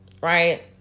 right